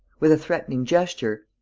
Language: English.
with a threatening gesture,